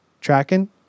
Tracking